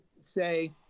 say